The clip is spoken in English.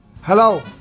hello